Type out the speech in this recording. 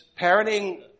parenting